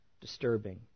Disturbing